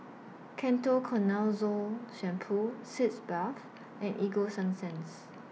Ketoconazole Shampoo Sitz Bath and Ego Sunsense